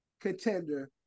contender